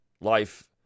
life